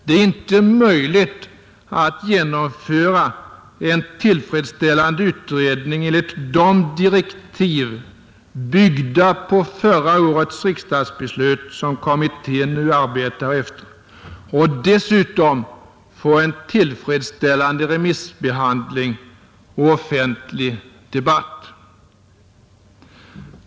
Det är inte möjligt att genomföra en tillfredsställande utredning enligt de direktiv, byggda på förra årets riksdagsbeslut, som kommittén nu arbetar efter och att dessutom få en tillfredsställande remissbehandling och offentlig debatt.